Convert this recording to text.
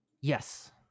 Yes